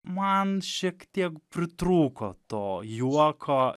man šiek tiek pritrūko to juoko